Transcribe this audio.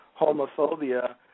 homophobia